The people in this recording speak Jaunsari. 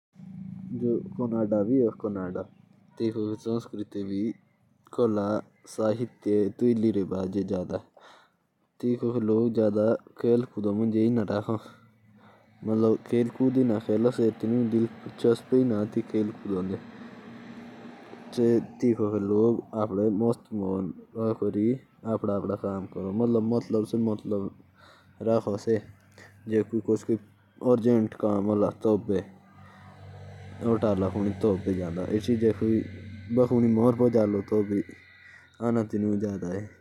कनाड़ा में भी साहित्य और खेल के प्रति वह जादा रूचि नहीं है। वह खेल कूद नहीं खेलते जादा और सफ सफाई भी बढ़िया है।